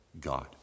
God